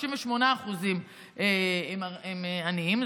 38% הם עניים.